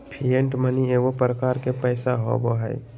fiat money एगो प्रकार के पैसा होबो हइ